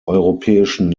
europäischen